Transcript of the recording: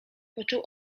począł